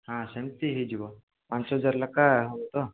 ହଁ ସେମତି ହୋଇଯିବ ପାଞ୍ଚ ହଜାର ଲେଖା ହେବ ତ